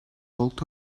walked